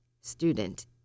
student